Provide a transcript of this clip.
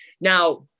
Now